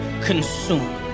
consumed